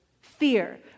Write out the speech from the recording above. Fear